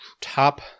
top